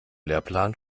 lehrplan